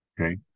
Okay